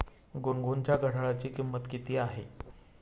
गुनगुनच्या घड्याळाची किंमत किती आहे?